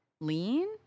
Lean